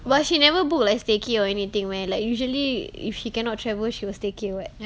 but she never book like staycay or anything meh usually if she cannot travel she will staycay [what]